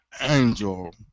Angel